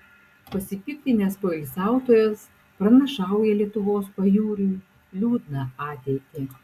pasipiktinęs poilsiautojas pranašauja lietuvos pajūriui liūdną ateitį